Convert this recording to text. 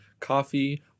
Coffee